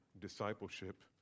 discipleship